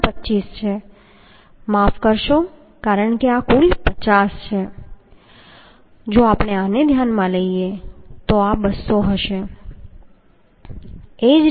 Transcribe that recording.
આ પણ 25 છે માફ કરશો કારણ કે આ કુલ 50 છે જો આપણે આને ધ્યાનમાં લઈએ તો આ 200 હશે